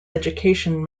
education